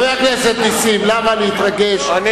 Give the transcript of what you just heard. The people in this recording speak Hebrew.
חבר הכנסת נסים זאב, למה להתרגש?